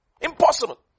Impossible